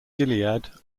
gilead